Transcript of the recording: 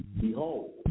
Behold